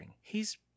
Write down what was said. He's